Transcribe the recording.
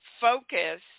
focus